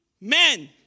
men